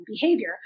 behavior